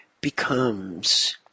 becomes